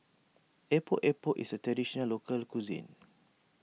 Epok Epok is a Traditional Local Cuisine